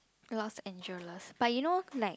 ya lor enjoy but you know like